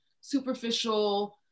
superficial